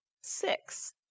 six